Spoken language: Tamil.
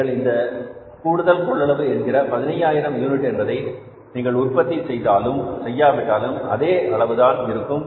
நீங்கள் இந்த கூடுதல் கொள்ளளவு என்கிற 15000 யூனிட் என்பதை நீங்கள் உற்பத்தி செய்தாலும் செய்யாவிட்டாலும் அதே அளவு தான் இருக்கும்